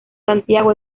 santiago